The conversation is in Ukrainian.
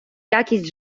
якість